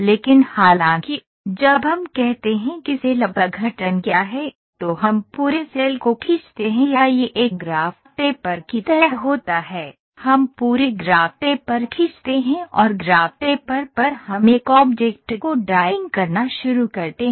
लेकिन हालांकि जब हम कहते हैं कि सेल अपघटन क्या है तो हम पूरे सेल को खींचते हैं या यह एक ग्राफ पेपर की तरह होता है हम पूरे ग्राफ पेपर खींचते हैं और ग्राफ पेपर पर हम एक ऑब्जेक्ट को ड्राइंग करना शुरू करते हैं